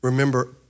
Remember